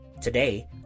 Today